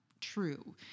true